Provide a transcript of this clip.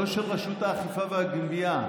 לא של רשות האכיפה והגבייה,